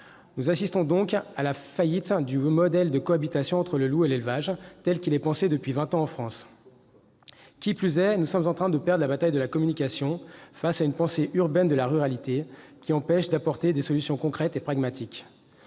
Nous assistons donc à la faillite du modèle de cohabitation entre le loup et l'élevage tel qu'il est pensé depuis vingt ans en France. Qui plus est, nous sommes en train de perdre la bataille de la communication face à une pensée urbaine de la ruralité qui empêche d'apporter des solutions concrètes et pragmatiques.